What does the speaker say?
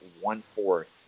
one-fourth